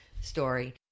story